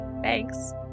Thanks